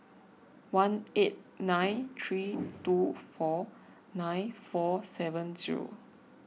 one eight nine three two four nine four seven zero